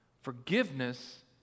Forgiveness